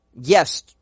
Yes